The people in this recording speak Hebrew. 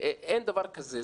אין דבר כזה.